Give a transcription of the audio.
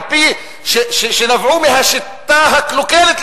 שנבעו מהשיטה הקלוקלת,